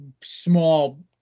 small